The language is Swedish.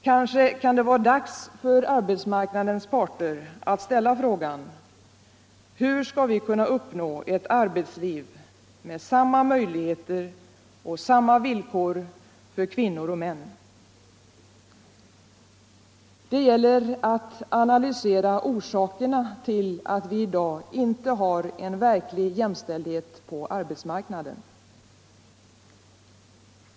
Kanske kan det vara dags för arbetsmarknadens parter att ställa frågan: Hur skall vi kunna uppnå cett arbetsliv med samma möjligheter och samma villkor för kvinnor och män? Det gäller att analysera orsakerna till att vi i dag inte har en verklig jämställdhet på arbetsmarknaden.